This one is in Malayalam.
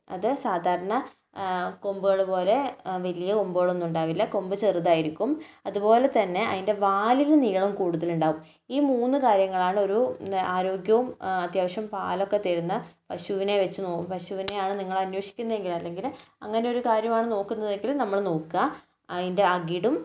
അത് സാധാരണ കൊമ്പുകൾ പോലെ വലിയ കൊമ്പുകൾ ഒന്നും ഉണ്ടാവില്ല കൊമ്പു ചെറുതായിരിക്കും അതുപോലെ തന്നെ അതിൻ്റെ വാലിന് നീളം കൂടുതലുണ്ടാകും ഈ മൂന്നു കാര്യങ്ങളാണ് ഒരു ആരോഗ്യവും അത്യാവശ്യം പാലൊക്കെ തരുന്ന പശുവിനെ വെച്ചു നോ പശുവിനെയാണ് നിങ്ങൾ അന്വേഷിക്കുന്നതെങ്കിൽ അല്ലെങ്കിൽ അങ്ങനെ ഒരു കാര്യമാണ് നോക്കുന്നതെങ്കിൽ നമ്മൾ നോക്കാൻ അതിൻ്റെ അകിടും